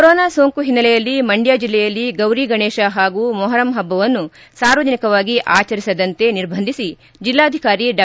corona ಸೋಂಕು ಹಿನ್ನೆಲೆಯಲ್ಲಿ ಮಂಡ್ಯ ಜಲ್ಲೆಯ ಗೌರಿಗಣೇಶ ಹಾಗೂ ಮೊಹರಂ ಹಬ್ಬವನ್ನು ಸಾರ್ವಜನಿಕವಾಗಿ ಆಚರಿಸದಂತೆ ನಿರ್ಬಂಧಿಸಿ ಜೆಲ್ಲಾಧಿಕಾರಿ ಡಾ